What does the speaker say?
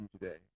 today